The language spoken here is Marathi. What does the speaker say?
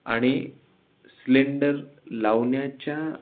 आणि सिलेंडर लावण्याच्या